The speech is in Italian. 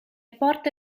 porte